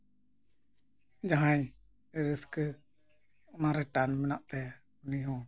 ᱡᱟᱦᱟᱸᱭ ᱨᱟᱹᱥᱠᱟᱹ ᱚᱱᱟᱨᱮ ᱴᱟᱱ ᱢᱮᱱᱟᱜ ᱛᱟᱭᱟ ᱩᱱᱤ ᱦᱚᱸ